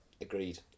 Agreed